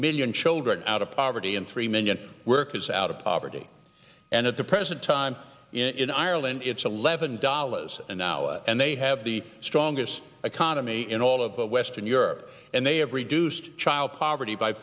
million children out of poverty and three million workers out of poverty and at the present time in ireland it's eleven dollars an hour and they have the strongest economy in all of western europe and they have reduced child poverty by